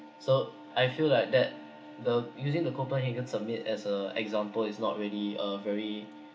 so I feel like that the using the copenhagen summit as a example is not really a very